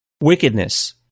wickedness